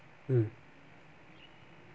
mm